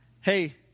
Hey